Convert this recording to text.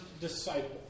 disciple